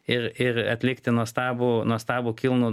ir ir atlikti nuostabų nuostabų kilnų